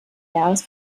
jahres